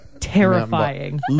Terrifying